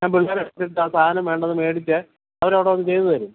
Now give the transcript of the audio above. ഞാൻ പിള്ളേരെ വിട്ടിട്ട് ആ സാധനം വേണ്ടത് മേടിച്ച് അവരവിടെ വന്ന് ചെയ്തുതരും